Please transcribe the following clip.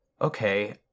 okay